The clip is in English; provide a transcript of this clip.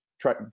Try